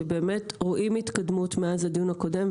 שבאמת רואים התקדמות מאז הדיון הקודם,